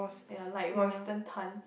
ya like Royston-Tan